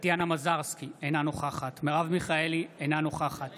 טטיאנה מזרסקי, אינה נוכחת מרב מיכאלי, אינה נוכחת